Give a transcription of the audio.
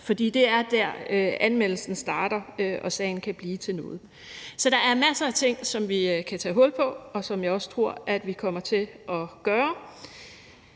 for det er der, anmeldelsen starter og sagen kan blive til noget. Så der er masser af ting, som vi kan tage hul på, hvad jeg også tror at vi kommer til at gøre.